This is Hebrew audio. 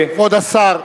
כבוד השר,